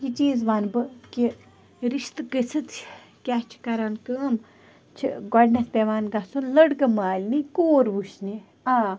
یہِ چیٖز وَنہٕ بہٕ کہِ رِشتہٕ گٔژھِتھ کیٛاہ چھِ کران کٲم چھِ گۄڈٕنٮ۪تھ پیٚوان گژھُن لَڑکٕہ مالنٕے کوٗر وُچھِنہِ آ